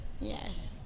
Yes